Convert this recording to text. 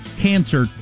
cancer